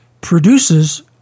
produces